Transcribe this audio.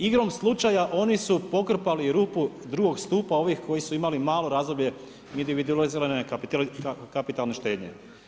Igrom slučaja oni su pokrpali rupu II stupa ovih koji su imali malo razdoblje individualizirane kapitalne štednje.